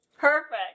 perfect